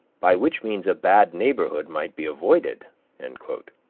by which means a bad neighborhood might be avoided and